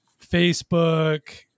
Facebook